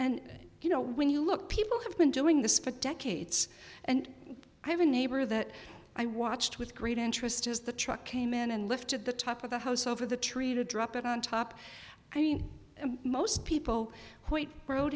and you know when you look people have been doing this for decades and i have a neighbor that i watched with great interest as the truck came in and lifted the top of the house over the tree to drop it on top i mean most people